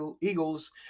Eagles